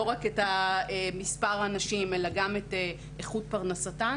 לא רק את מספר הנשים אלא גם את איכות פרנסתן,